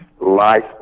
Life